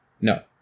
no